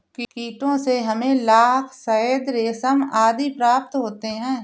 कीटों से हमें लाख, शहद, रेशम आदि प्राप्त होते हैं